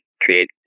create